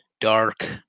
dark